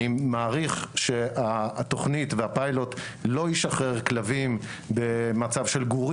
אני מעריך שהתוכנית והפיילוט לא ישחררו כלבים כגורים,